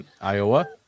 Iowa